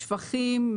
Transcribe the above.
שפכים,